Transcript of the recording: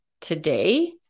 today